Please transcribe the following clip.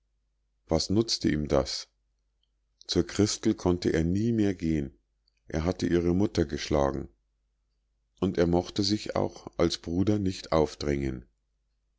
was nutzte ihm das zur christel konnte er nie mehr gehen er hatte ihre mutter geschlagen und er mochte sich auch als bruder nicht aufdrängen